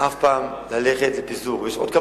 אני לא ממהר אף פעם ללכת לפיזור,